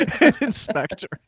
Inspector